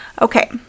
Okay